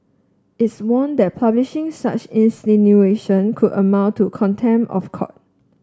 its warned that publishing such insinuation could amount to contempt of court